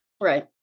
right